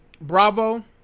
Bravo